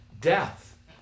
death